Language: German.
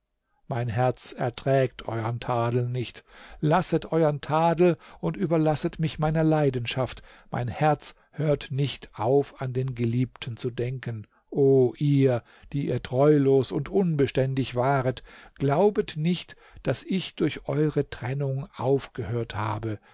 mein herz erträgt euern tadel nicht lasset euern tadel und überlasset mich meiner leidenschaft mein herz hört nicht auf an den geliebten zu denken o ihr die ihr treulos und unbeständig waret glaubet nicht daß ich durch eure trennung aufgehört habe